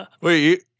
Wait